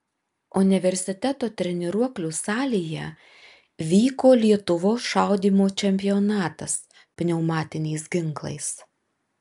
universiteto treniruoklių salėje vyko lietuvos šaudymo čempionatas pneumatiniais ginklais